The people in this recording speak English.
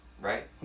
right